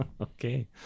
Okay